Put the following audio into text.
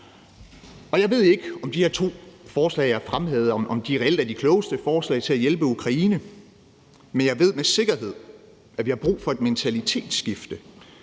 Jeg ved ikke, om de to forslag, som jeg her har fremhævet, reelt er de klogeste forslag til at hjælpe Ukraine, men jeg ved med sikkerhed, at vi har brug for mentalitetsskifte.